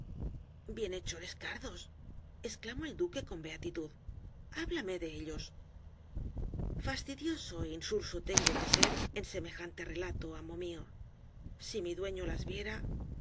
camino bienhechores cardos exclamó el duque con beatitud habíame de ellos fastidioso é insulso tengo que ser en semejante relato amo mío si mi dueño las viera